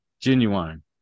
genuine